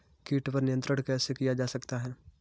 कीट पर नियंत्रण कैसे किया जा सकता है?